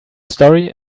story